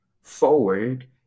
forward